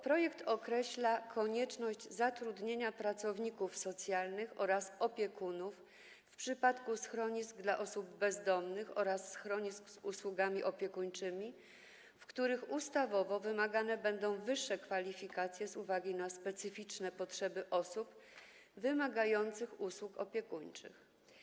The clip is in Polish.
Projekt przewiduje konieczność zatrudnienia pracowników socjalnych oraz opiekunów w przypadku schronisk dla osób bezdomnych oraz schronisk z usługami opiekuńczymi, w których ustawowo wymagane będą wyższe kwalifikacje z uwagi na specyficzne potrzeby osób wymagających usług opiekuńczych.